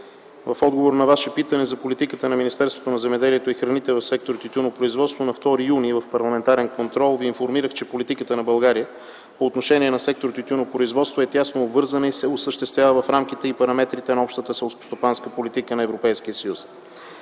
в отговор на Ваше питане за политиката на Министерството на земеделието и храните в сектор тютюнопроизводство на 2 юни в парламентарен контрол Ви информирах, че политиката на България по отношение на сектор тютюнопроизводство е тясно обвързана и се осъществява в рамките и параметрите на общата селскостопанска политика на Европейския съюз.